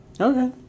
Okay